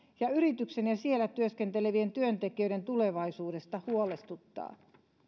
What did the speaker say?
ja yrityksen ja siellä työskentelevien työntekijöiden tulevaisuudesta huolestuttavat